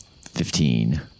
Fifteen